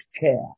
care